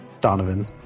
Donovan